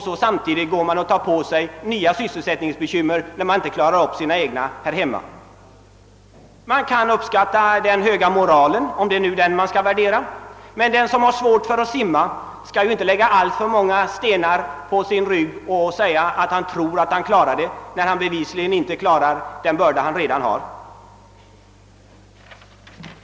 Samtidigt har vårt land tagit på sig nya sysselsättningsbekymmer, trots att vi inte kan klara våra egna. Man kan uppskatta den höga moralen i detta, om det nu är den man skall sätta värde på, men den som har svårt för att simma och bevisligen inte klarar den börda han redan har skall ju inte lägga alltför många ytterligare stenar på sin rygg.